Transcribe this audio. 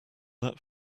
that